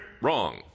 Wrong